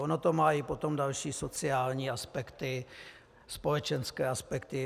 Ono to má potom i další sociální aspekty, společenské aspekty.